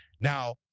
Now